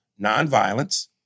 nonviolence